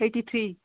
eighty three